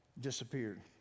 Disappeared